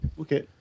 Okay